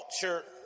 culture